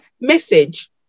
message